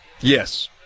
Yes